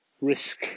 risk